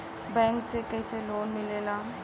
Bank से कइसे loan मिलेला?